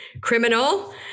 criminal